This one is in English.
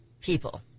people